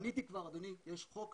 יש חוק